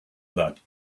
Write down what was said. that